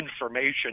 information